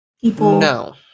People